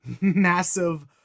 massive